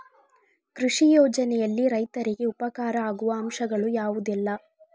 ಕೃಷಿ ಯೋಜನೆಯಲ್ಲಿ ರೈತರಿಗೆ ಉಪಕಾರ ಆಗುವ ಅಂಶಗಳು ಯಾವುದೆಲ್ಲ?